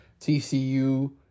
TCU